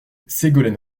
ségolène